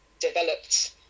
developed